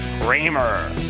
Kramer